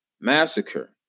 massacre